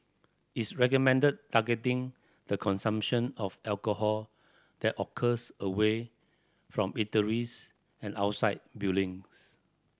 its recommended targeting the consumption of alcohol that occurs away from eateries and outside buildings